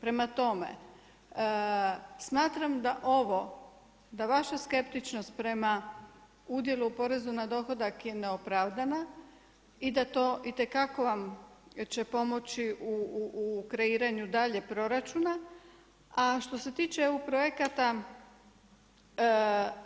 Prema tome, smatram da ovo, da vaša skeptičnost prema udjelu o porezu na dohodak je neopravdana i da to itekako će vam pomoći u kreiranju dalje proračuna, a što se tiče EU projekata,